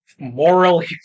morally